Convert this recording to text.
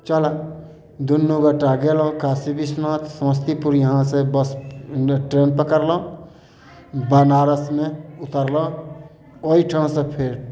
चलऽ दुनू गोटा गेलहुॅं काशी बिश्वनाथ समस्तीपुर इहाँ से बस ट्रेन पकड़लहुॅं बनारसमे उतरलहुॅं ओहिठामसँ फेर